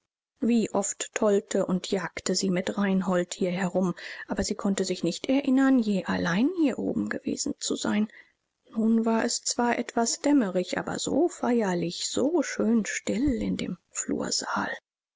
wie oft tollte und jagte sie mit reinhold hier herum aber sie konnte sich nicht erinnern je allein hier oben gewesen zu sein nun war es zwar etwas dämmerig aber so feierlich so schön still in dem flursaal